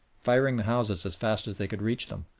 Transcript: firing the houses as fast as they could reach them,